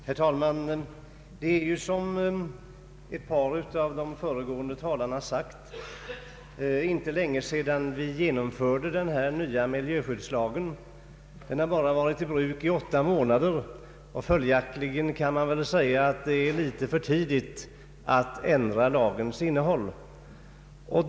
Herr talman! Som ett par av de föregående talarna anfört, är det inte länge sedan denna nya miljöskyddslag genomfördes den har bara varit i tilllämpning åtta månader. Följaktligen kan väl sägas att det är litet för tidigt att ändra lagens innehåll.